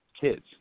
kids